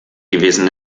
gewesen